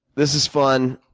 this is fun.